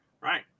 Right